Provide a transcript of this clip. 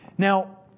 Now